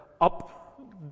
up